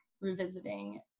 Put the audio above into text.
revisiting